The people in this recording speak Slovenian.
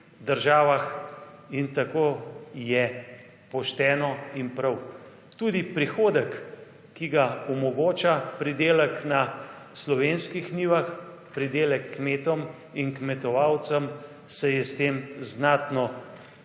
državah in tako je pošteno in prav. Tudi prihodek, ki ga omogoča pridelek na slovenskih njivah, pridelek kmetom in kmetovalcem, se je s tem znatno